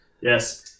Yes